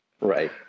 Right